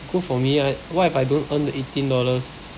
good for me ah what if I don't earn the eighteen dollars